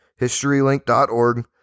HistoryLink.org